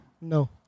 No